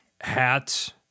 hats